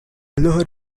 although